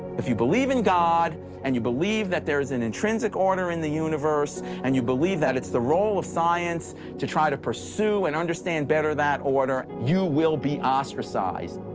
if you believe in god and you believe that there is an intrinsic order in the universe and you believe that it's the role of science to try to pursue and understand better that order, you will be ostracized.